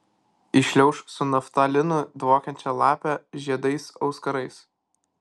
įšliauš su naftalinu dvokiančia lape žiedais auskarais